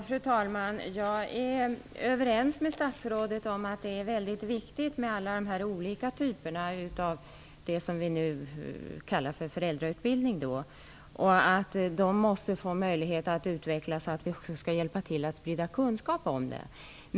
Fru talman! Jag är överens med statsrådet om att det är väldigt viktigt med alla olika typer av det vi nu kallar föräldrautbildning, att de får möjlighet att utvecklas och att vi också skall hjälpa till att sprida kunskap om dem.